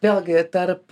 vėlgi tarp